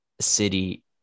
City